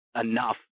enough